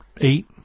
Eight